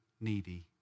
needy